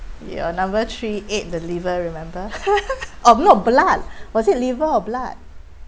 your number three ate the liver remember oh it was blood was it liver or blood